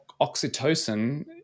oxytocin